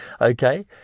okay